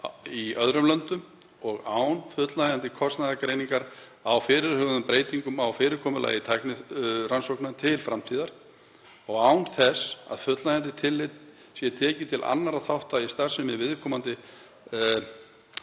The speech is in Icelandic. í öðrum löndum, án fullnægjandi kostnaðargreiningar á fyrirhuguðum breytingum á fyrirkomulagi tæknirannsókna til framtíðar, án þess að fullnægjandi tillit sé tekið til annarra þátta í starfsemi viðkomandi